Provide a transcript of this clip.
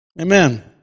Amen